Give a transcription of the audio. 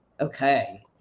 Okay